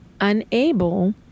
unable